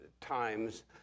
times